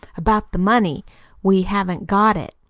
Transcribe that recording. about the money we haven't got it.